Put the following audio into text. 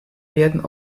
werden